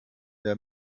der